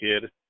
kid